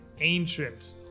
ancient